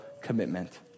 commitment